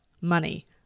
money